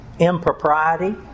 impropriety